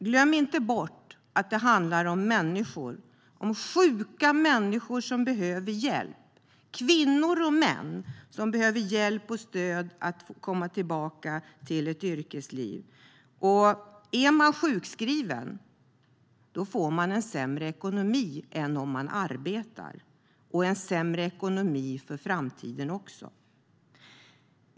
Glöm inte bort att det handlar om människor - sjuka människor, kvinnor och män - som behöver hjälp och stöd för att komma tillbaka till ett yrkesliv! Är man sjukskriven får man sämre ekonomi än om man arbetar och sämre ekonomi också i framtiden.